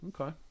Okay